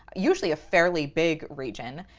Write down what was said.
usually a fairly big region,